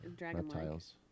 reptiles